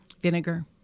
vinegar